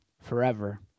forever